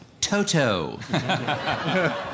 Toto